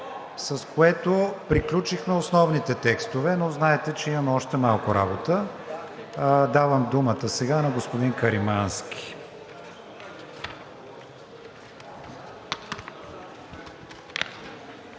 С което приключихме основните текстове, но знаете, че имаме още малко работа. Давам думата сега на господин Каримански.